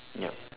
yup